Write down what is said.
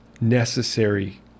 necessary